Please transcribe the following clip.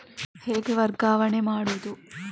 ಹೇಗೆ ವರ್ಗಾವಣೆ ಮಾಡುದು?